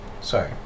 sorry